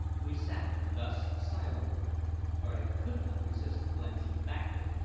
we sat thus silently but i could not resist glancing backward,